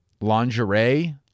lingerie